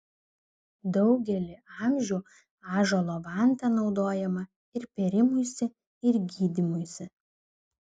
daugelį amžių ąžuolo vanta naudojama ir pėrimuisi ir gydymuisi